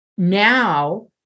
Now